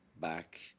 back